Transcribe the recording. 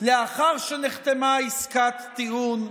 לאחר שנחתמה עסקת טיעון,